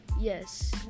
Yes